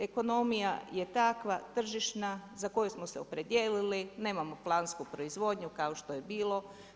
Ekonomija je takva, tržišna za koju smo se opredijelili, nemamo plansku proizvodnju kao što je bilo.